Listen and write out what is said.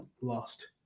lost